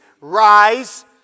rise